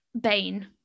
Bane